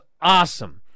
awesome